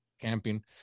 camping